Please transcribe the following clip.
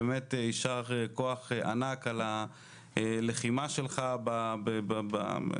באמת יישר כוח ענק על הלחימה שלך שראינו בציבור,